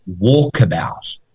walkabout